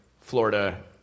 Florida